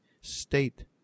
state